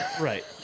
Right